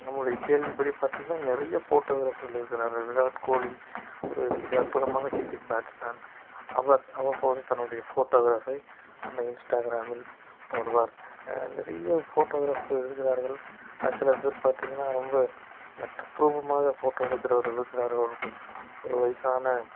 நம்மளுடைய கேள்விப்படி பார்த்திங்கன்னா நிறைய ஃபோட்டோகிராஃபர்கள் இருக்கிறார்கள் விராட் கோலி ஒரு சில அற்புதமான கிரிக்கெட் பேட்ஸ்மேன் அவர் அவ்வப்போது தன்னுடைய ஃபோட்டோகிராஃபை அந்த இன்ஸ்டாக்ராமில் போடுவார் நிறைய ஃபோட்டோகிராஃபர்கள் இருக்கிறார்கள் சிலப்பேர் பார்த்திங்கன்னா ரொம்ப இந்த தத்துரூபமாக ஃபோட்டோ எடுக்கிறவர்கள் இருக்கிறார்கள் ஒரு வயசான